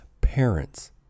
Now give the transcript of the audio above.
parents